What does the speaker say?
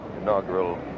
Inaugural